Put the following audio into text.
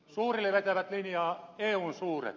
suuret vetävät linjaa eun suuret